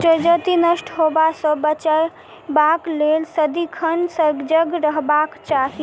जजति नष्ट होयबा सँ बचेबाक लेल सदिखन सजग रहबाक चाही